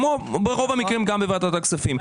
ברוב המקרים גם בוועדת הכספים,